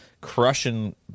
crushing